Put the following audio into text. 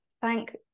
thank